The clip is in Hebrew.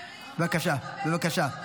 בבקשה.